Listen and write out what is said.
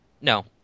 No